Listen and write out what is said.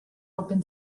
open